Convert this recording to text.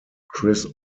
chris